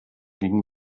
ging